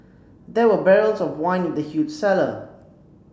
there were barrels of wine in the huge cellar